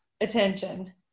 attention